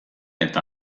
eta